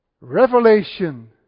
Revelation